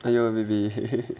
哎哟 vivi